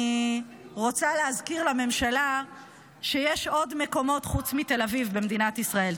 אני רוצה להזכיר לממשלה שיש עוד מקומות חוץ מתל אביב במדינת ישראל.